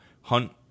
hunt